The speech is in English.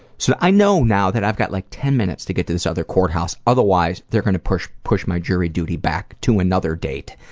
so i know now that i've got like ten minutes to get to this other courthouse otherwise they're gonna push push my jury duty back to another date.